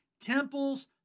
Temples